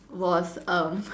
was um